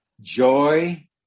Joy